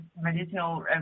medicinal